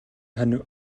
хань